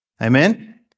Amen